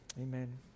amen